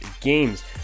games